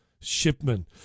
Shipman